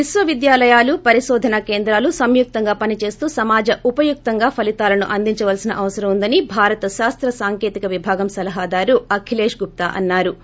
విశ్వవిద్యాలయాలు పరిశోధన కేంద్రాలు సంయుక్తంగా పనిచేస్తూ సమాజ ఉపయుక్తంగా ఫలితాలను అందిందాల్సిన అవసరం ఉందని భారత శాస్రసాంకేతిక విభాగం సలహాదారు అఖిలేష్ గుప్తా అన్నా రు